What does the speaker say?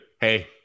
Hey